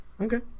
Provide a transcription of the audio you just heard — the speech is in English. okay